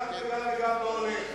כנראה שגם וגם וגם לא הולך.